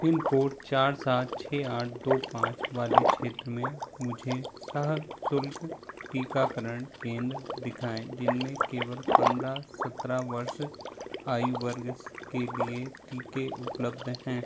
pin code चार सात छह आठ दो पाँच वाले क्षेत्र में मुझे सःशुल्क टीकाकरण केंद्र दिखाएँ जिनमें केवल पन्द्रह सत्रह वर्ष आयु वर्ग के लिए टीके उपलब्ध हैं